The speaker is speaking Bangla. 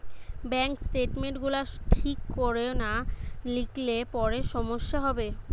ব্যাংক স্টেটমেন্ট গুলা ঠিক কোরে না লিখলে পরে সমস্যা হবে